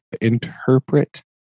interpret